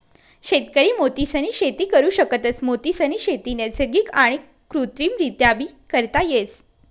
शेतकरी मोतीसनी शेती करु शकतस, मोतीसनी शेती नैसर्गिक आणि कृत्रिमरीत्याबी करता येस